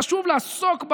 חשוב לעסוק,